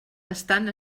estan